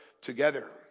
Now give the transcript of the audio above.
together